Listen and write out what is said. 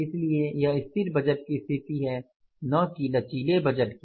इसलिए यह स्थिर बजट की स्थिति है न की लचीले बजट की